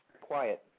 Quiet